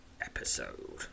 Episode